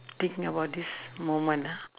think about this moment ah